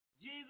Jesus